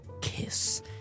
kiss